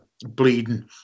bleeding